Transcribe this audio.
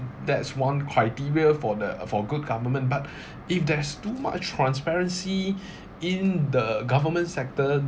that's one criteria for the for a good government but if there's too much transparency in the government sector